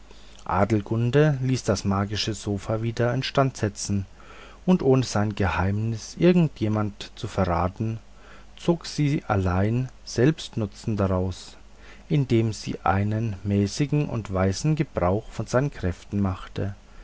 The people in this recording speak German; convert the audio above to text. adelgunde ließ das magische sofa wieder instand setzen und ohne sein geheimnis irgend jemand zu verraten zog sie allein selbst nutzen daraus indem sie einen mäßigen und weisen gebrauch von seinen kräften machte